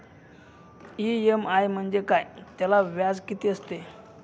EMI म्हणजे काय? त्याला व्याज किती असतो?